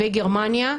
וגרמניה,